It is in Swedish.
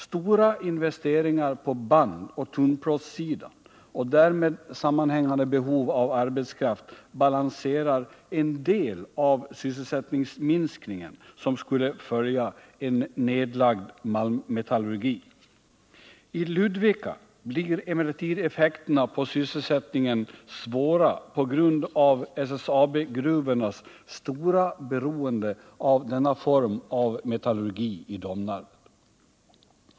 Stora investeringar på bandoch tunnplåtssidan och därmed sammanhängande behov av arbetskraft balanserar en del av den sysselsättningsminskning som skulle följa en nedlagd malmmetallurgi. I Ludvika blir emellertid effekterna på sysselsättningen svåra på grund av SSAB-gruvornas stora beroende av denna form av metallurgi i Domnarvet.